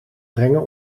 brengen